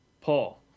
Paul